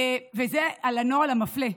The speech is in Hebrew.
וזה על הנוהל המפלה,